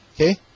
Okay